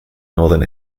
northern